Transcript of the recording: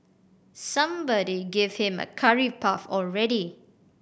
somebody give him a curry puff already